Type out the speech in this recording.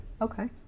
Okay